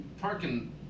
Parking